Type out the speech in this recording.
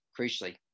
crucially